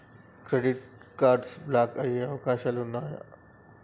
Credit card block అయ్యే అవకాశాలు ఉన్నయా?